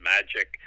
Magic